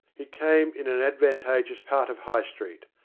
it came in an advan tageous part of high street,